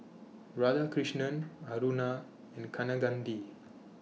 Radhakrishnan Aruna and Kaneganti